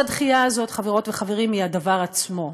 אבל הדחייה הזאת, חברות וחברים, היא הדבר עצמו,